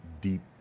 deep